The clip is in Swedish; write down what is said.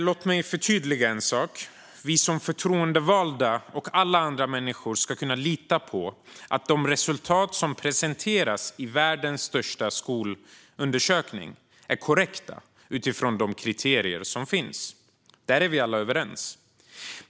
Låt mig förtydliga en sak. Vi som förtroendevalda och alla andra människor ska kunna lita på att de resultat som presenteras i världens största skolundersökning är korrekta utifrån de kriterier som finns. Där är vi alla överens.